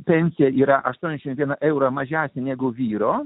pensija yra aštuoniasdešimt vieną eurą mažesnė negu vyro